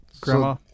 grandma